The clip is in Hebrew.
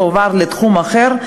הועבר לתחום אחר,